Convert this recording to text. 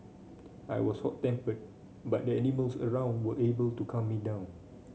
I was hot tempered but the animals around were able to calm me down